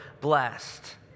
blessed